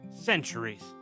centuries